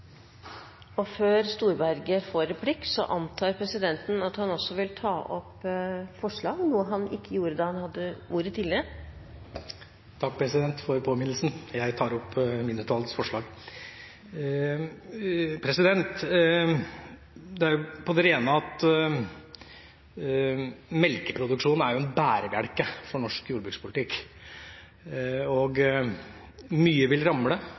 replikk, vil presidenten spørre om han skal ta opp forslag – noe han ikke gjorde da han hadde ordet tidligere. Takk for påminnelsen. Jeg tar opp mindretallsforslaget. Melkeproduksjon er en bærebjelke i norsk jordbrukspolitikk. Mye vil ramle hvis vi får et svekket konkurransegrunnlag, både innad her i Norge og